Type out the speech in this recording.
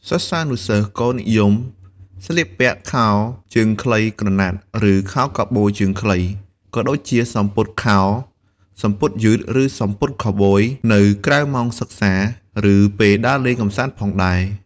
សិស្សានុសិស្សក៏និយមស្លៀកពាក់ខោជើងខ្លីក្រណាត់ ឬខោខូវប៊យជើងខ្លី ក៏ដូចជាសំពត់ខោ សំពត់យឺត ឬសំពត់ខូវប៊យ នៅក្រៅម៉ោងសិក្សា ឬពេលដើរលេងកម្សាន្តផងដែរ។